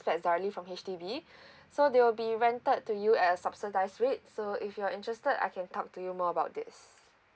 flats directly from H_D_B so they will be rented to you at a subsidized rate so if you are interested I can talk to you more about this